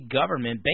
government